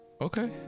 okay